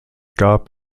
gab